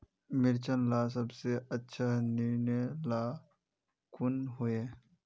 मिर्चन ला सबसे अच्छा निर्णय ला कुन होई?